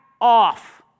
off